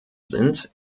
sind